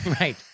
Right